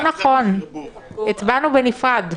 לא נכון, הצבענו בנפרד.